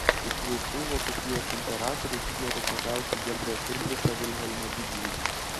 iš visų vokietijos imperatorių hitleris labiausiai gerbė fridrichą vilhelmą didįjį